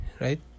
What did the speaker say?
right